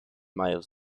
miles